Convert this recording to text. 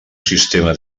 sistema